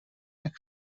jak